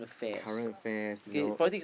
current affairs you know